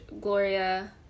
Gloria